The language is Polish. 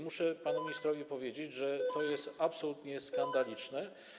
Muszę panu ministrowi powiedzieć, że to jest absolutnie skandaliczne.